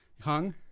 hung